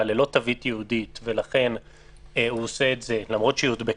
לא יעשה את זה וכך הלאה.